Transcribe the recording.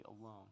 alone